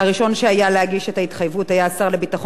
היה השר לביטחון הפנים,